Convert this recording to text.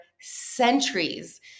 centuries